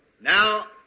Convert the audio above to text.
Now